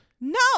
no